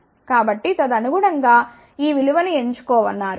కాబట్టి తదనుగుణం గా ఈ విలువలను ఎంచుకున్నారు